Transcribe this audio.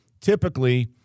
Typically